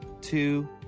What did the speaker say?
two